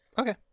Okay